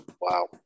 Wow